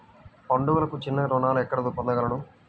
పండుగలకు చిన్న రుణాలు ఎక్కడ పొందగలను?